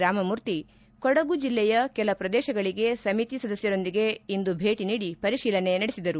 ರಾಮಮೂರ್ತಿ ಕೊಡಗು ಜಿಲ್ಲೆಯ ಕೆಲ ಪ್ರದೇಶಗಳಿಗೆ ಸಮಿತಿ ಸದಸ್ಯರೊಂದಿಗೆ ಇಂದು ಭೇಟಿ ನೀಡಿ ಪರಿಶೀಲನೆ ನಡೆಸಿದರು